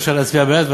אפשר להצביע בעד,